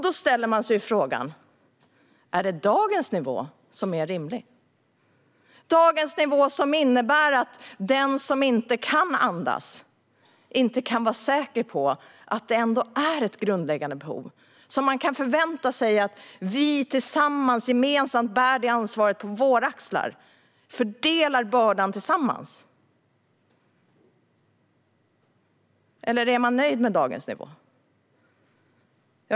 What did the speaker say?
Då är frågan: Är dagens nivå rimlig, som innebär att den som inte kan andas inte kan vara säker på att det är ett grundläggande behov som man kan förvänta sig att vi tar ett gemensamt ansvar för att tillgodose så att vi fördelar bördan? Är man nöjd med dagens nivå?